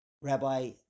Rabbi